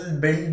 build